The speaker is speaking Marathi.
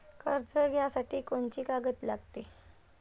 कर्ज घ्यासाठी कोनची कागद लागते?